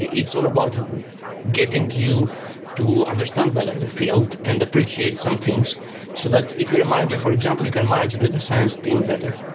it's all about getting you to understand better the field and appreciate some things so that if you're a manager, for example, you can manage a data science team better.